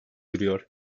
duruyor